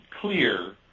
clear